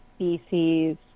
species